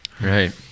right